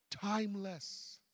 Timeless